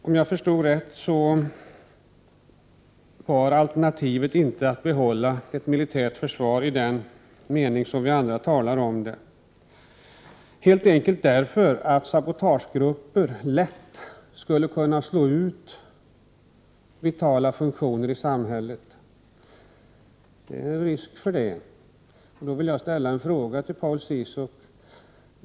Om jag förstod rätt, var avsikten inte att behålla ett militärt försvar i den mening som vi andra talar om det, helt enkelt därför att sabotagegrupper lätt skulle kunna slå ut vitala funktioner i samhället. Det är risk för det, och då vill jag ställa en fråga till Paul Ciszuk.